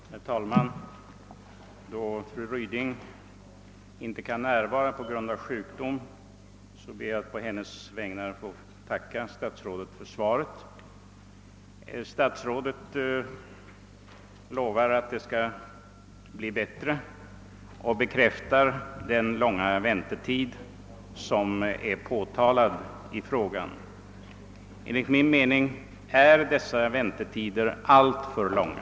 Herr talman! Då fru Ryding inte kan närvara på grund av sjukdom ber jag att å hennes vägnar få tacka statsrådet för svaret. Statsrådet lovar att det skall bli bättre och bekräftar den långa väntetid som är påtalad i frågan. Enligt min mening är den alltför lång.